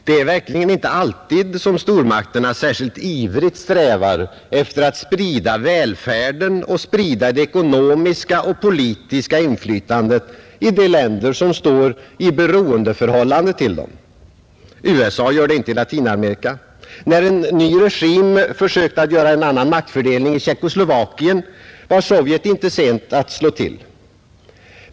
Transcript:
Det är verkligen inte alltid som stormakterna särskilt ivrigt strävar efter att sprida välfärden och sprida det ekonomiska och politiska inflytandet i länder som står i beroendeförhållande till dem. USA gör det inte i Latinamerika. När en ny regim försökte göra en annan maktfördelning i Tjeckoslovakien var Sovjet inte sent att slå till.